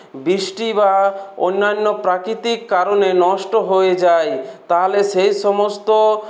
বৃষ্টি বা অন্যান্য প্রাকৃতিক কারণে নষ্ট হয়ে যায় তাহলে সেই সমস্ত